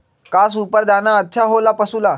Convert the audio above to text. का सुपर दाना अच्छा हो ला पशु ला?